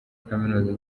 kaminuza